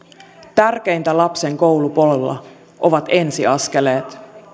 tärkeintä lapsen koulupolulla ovat ensi askeleet varhaiskasvatuksen